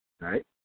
right